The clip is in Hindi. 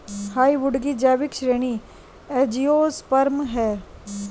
हार्डवुड की जैविक श्रेणी एंजियोस्पर्म है